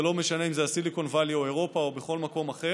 וזה לא משנה אם זה silicon Valley או אירופה או בכל מקום אחר,